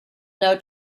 know